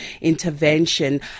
intervention